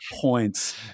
points